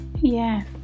Yes